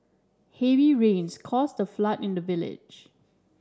heavy rains caused a flood in the village